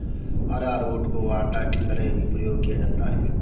अरारोट को आटा की तरह भी प्रयोग किया जाता है